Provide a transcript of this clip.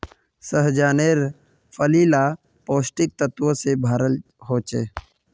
सह्जानेर फली ला पौष्टिक तत्वों से भराल होचे